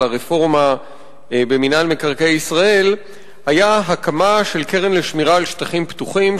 הרפורמה במינהל מקרקעי ישראל היה הקמה של קרן לשמירה על שטחים פתוחים,